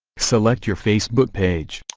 select your facebook page